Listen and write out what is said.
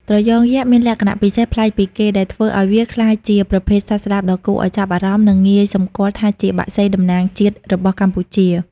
ត្រយងយក្ស មានលក្ខណៈពិសេសប្លែកពីគេ ដែលធ្វើឲ្យវាក្លាយជាប្រភេទសត្វស្លាបដ៏គួរឲ្យចាប់អារម្មណ៍ និងងាយសម្គាល់ថាជាបក្សីតំណាំងជាតិរបស់កម្ពុជា។